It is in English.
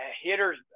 hitter's